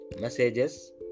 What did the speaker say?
messages